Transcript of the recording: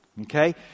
Okay